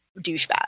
douchebag